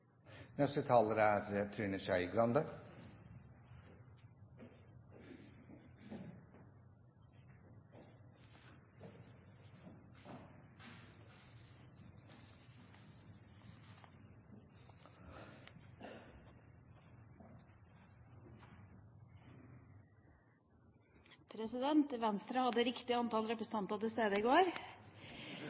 Venstre hadde riktig antall representanter til stede i går.